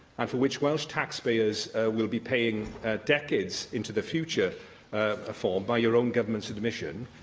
and for which welsh taxpayers will be paying decades into the future ah for, by your own government's admission,